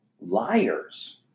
Liars